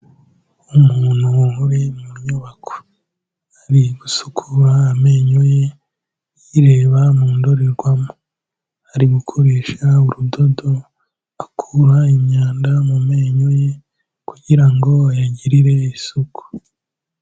Umuntu uri mu nyubako ari gusukura amenyo ye yireba mu ndorerwamo ari gukoresha urudodo akura imyanda mu menyo ye kugira ngo ayagirire isuku.